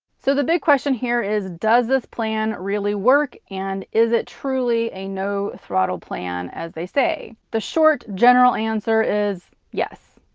so, the big question here is does this plan really work, and is it truly a no-throttle plan as they say? the short, general answer is yes.